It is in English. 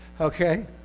okay